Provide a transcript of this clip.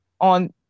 on